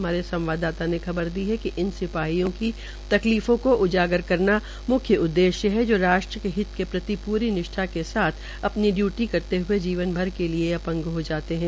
हमारे संवाददाता ने खबर दी है कि इन सिपाहियों का तकलीफों को उजागर करना मुख्य उद्देश्य है जो राष्ट्र के प्रति निष्ठा के साथ अपनी डयूटी करते हये जीवन भर के लिए अपंग हो जाते है